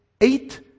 eight